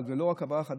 אבל לא רק במעבר חד,